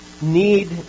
need